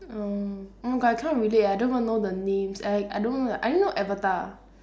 oh oh my god I can't relate I don't even know the names I I don't even I only know avatar